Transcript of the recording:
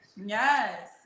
Yes